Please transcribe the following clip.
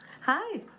Hi